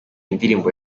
ndirimbo